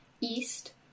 East